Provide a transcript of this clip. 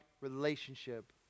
relationship